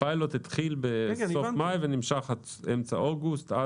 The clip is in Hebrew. הפיילוט התחיל בסוף מאי ונמשך עד אמצע אוגוסט,